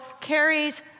carries